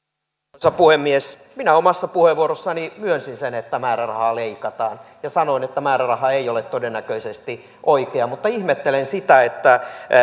arvoisa puhemies minä omassa puheenvuorossani myönsin sen että määrärahaa leikataan ja sanoin että määräraha ei ole todennäköisesti oikea mutta ihmettelen sitä että